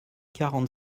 quarante